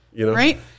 Right